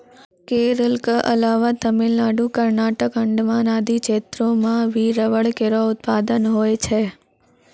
केरल क अलावा तमिलनाडु, कर्नाटक, अंडमान आदि क्षेत्रो म भी रबड़ केरो उत्पादन होय छै